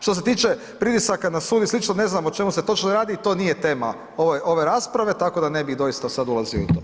Što se tiče pritisaka na sud i slično ne znam o čemu se točno radi i to nije tema ove rasprave tak da ne bi doista sad ulazio u to.